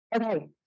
Okay